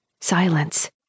silence